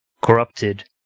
corrupted